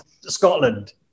Scotland